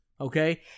okay